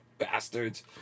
Bastards